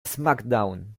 smackdown